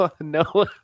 No